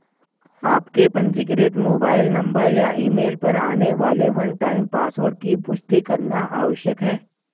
आपके पंजीकृत mobile number या ईमेल पर आने वाले वन टाइम पासवर्ड की पुष्टि करना आवश्यक है